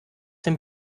dem